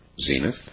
Zenith